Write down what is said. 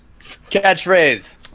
catchphrase